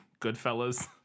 goodfellas